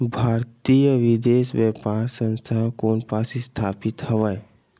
भारतीय विदेश व्यापार संस्था कोन पास स्थापित हवएं?